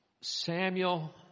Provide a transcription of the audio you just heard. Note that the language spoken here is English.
Samuel